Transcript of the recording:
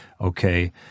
Okay